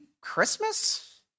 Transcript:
Christmas